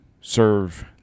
serve